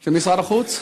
של משרד החוץ,